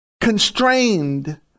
constrained